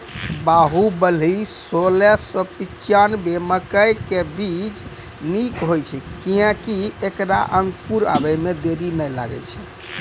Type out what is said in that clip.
बाहुबली सोलह सौ पिच्छान्यबे मकई के बीज निक होई छै किये की ऐकरा अंकुर आबै मे देरी नैय लागै छै?